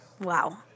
Wow